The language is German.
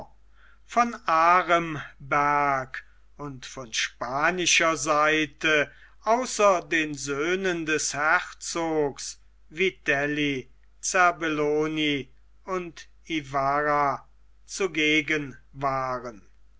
von aremberg und von spanischer seite außer den söhnen des herzogs vitelli serbellon und ibarra zugegen waren